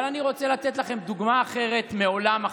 אבל אני רוצה לתת לכם דוגמה אחרת מעולם אחר,